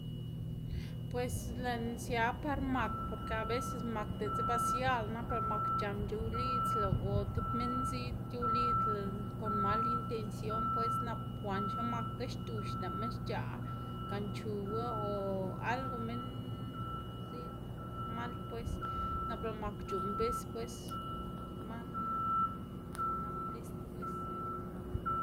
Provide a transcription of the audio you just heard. Pues lëꞌná sia par mak porque aveces mak diꞌltsa ba sialá, nap lëꞌ mak c̲h̲an c̲h̲ow lidzlá o tib minn ziꞌd c̲h̲ow lidzlá kon mal intención pues nap wanxe makga xdux, lëꞌma xc̲h̲aꞌ gan chuga o algo minn ziꞌd mal pues, nap lëꞌ mak c̲h̲uꞌnn bis pues, manu nak nak list pues.